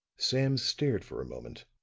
sams stared for a moment,